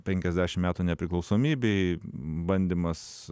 penkiasdešim metų nepriklausomybei bandymas